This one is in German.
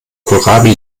kohlrabi